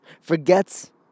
forgets